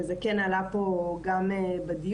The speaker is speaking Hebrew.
וזה כן עלה פה גם בדיון,